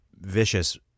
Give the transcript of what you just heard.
vicious